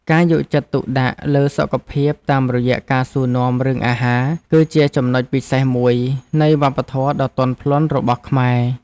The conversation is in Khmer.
ការយកចិត្តទុកដាក់លើសុខភាពតាមរយៈការសួរនាំរឿងអាហារ គឺជាចំណុចពិសេសមួយនៃវប្បធម៌ដ៏ទន់ភ្លន់របស់ខ្មែរ។